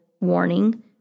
warning